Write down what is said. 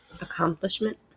Accomplishment